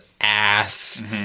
ass